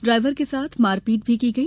driver के साथ मारपीट भी की गई